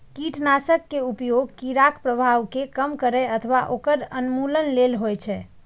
कीटनाशक के उपयोग कीड़ाक प्रभाव कें कम करै अथवा ओकर उन्मूलन लेल होइ छै